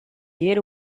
get